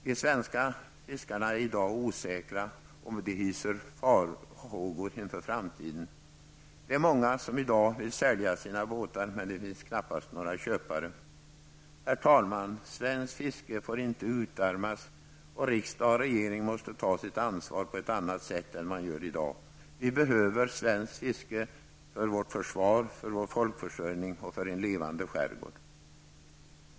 De svenska fiskarna är i dag osäkra och hyser farhågor inför framtiden. Många vill i dag sälja sina båtar, men det finns knappast några köpare. Herr talman! Svenskt fiske får inte utarmas, och riksdag och regering måste ta sitt ansvar på ett annat sätt än man gör i dag. Vi behöver svenskt fiske för vårt försvar, för vår folkförsörjning och för att ha en levande skärgård.